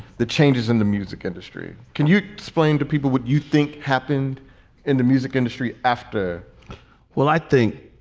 the changes in the music industry. can you explain to people what you think happened in the music industry after well, i think.